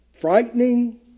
frightening